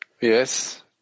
Yes